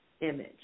image